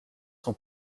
son